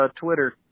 Twitter